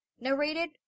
Narrated